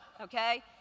okay